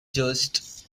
just